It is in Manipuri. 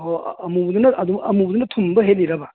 ꯑꯣ ꯑꯃꯨꯕꯗꯨꯅ ꯑꯃꯨꯕꯗꯨꯅ ꯊꯨꯝꯕ ꯍꯦꯜꯂꯤꯔꯕ